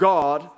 God